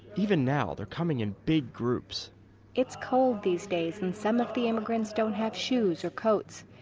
even now, they're coming in big groups it's cold these days, and some of the immigrants don't have shoes or coats.